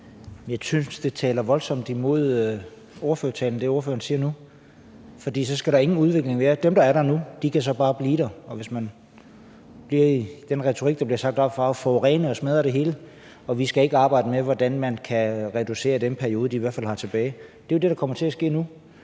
Jeg synes, at det, ordføreren siger nu, taler voldsomt imod ordførertalen, for så skal der ingen udvikling være. Dem, der er der nu, kan blive der og – hvis man bliver i den retorik, der er oppe fra talerstolen – forurene og smadre det hele, og vi skal ikke arbejde med, hvordan man kan reducere den periode, de i hvert fald har tilbage. Det er jo det, der kommer til at ske nu.